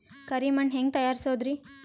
ಕರಿ ಮಣ್ ಹೆಂಗ್ ತಯಾರಸೋದರಿ?